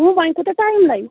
دوٚپمو وَنۍ کوٗتاہ ٹایِم لَگہِ